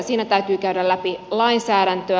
siinä täytyy käydä läpi lainsäädäntöä